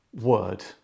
word